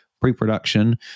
pre-production